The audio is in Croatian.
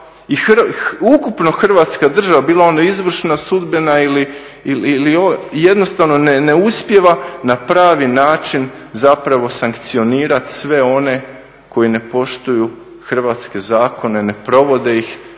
ukupno Hrvatska država bila ona izvršna, sudbena jednostavno ne uspijeva na pravi način zapravo sankcionirati sve one koji ne poštuju hrvatske zakone, ne provode ih